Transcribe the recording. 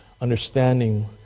understanding